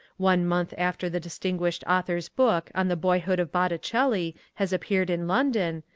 one month after the distinguished author's book on the boyhood of botticelli has appeared in london,